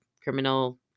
criminal